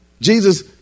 Jesus